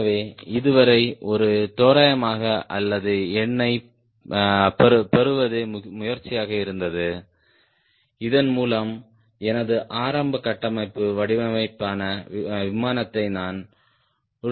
ஆகவே இதுவரை ஒரு தோராயமான அல்லது எண்ணைப் பெறுவதே முயற்சியாக இருந்தது இதன் மூலம் எனது ஆரம்ப கட்டமைப்பு வடிவமைப்பான விமானத்தை நான் உள்ளமைக்கத் தொடங்கலாம்